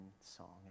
song